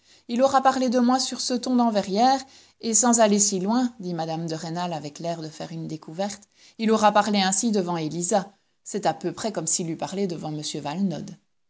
il aura parlé de moi sur ce ton dans verrières et sans aller si loin dit mme de rênal avec l'air de faire une découverte il aura parlé ainsi devant élisa c'est à peu près comme s'il eût parlé devant